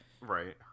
Right